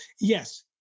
Yes